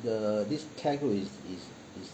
the this care group is